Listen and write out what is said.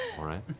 all right.